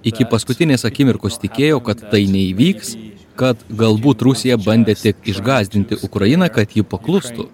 iki paskutinės akimirkos tikėjo kad tai neįvyks kad galbūt rusija bandė tik išgąsdinti ukrainą kad ji paklustų